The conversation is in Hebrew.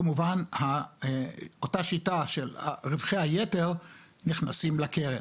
כמובן אותה שיטה של רווחי היתר נכנסים לקרן.